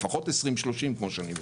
לפחות 20-30 שנים.